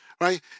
Right